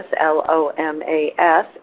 L-O-M-A-S